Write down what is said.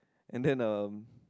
and then um